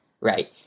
right